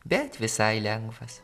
bet visai lengvas